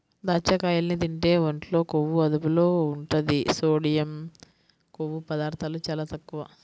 దాచ్చకాయల్ని తింటే ఒంట్లో కొవ్వు అదుపులో ఉంటది, సోడియం, కొవ్వు పదార్ధాలు చాలా తక్కువ